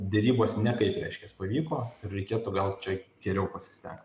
derybos ne kaip reiškias pavyko ir reikėtų gal čia geriau pasistengt